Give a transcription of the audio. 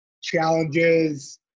challenges